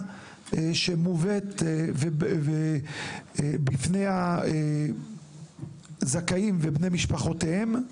שמובאת בפני הזכאים ובני משפחותיהם.